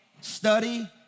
Study